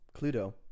Cluedo